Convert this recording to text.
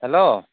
hello